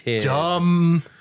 dumb